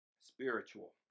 spiritual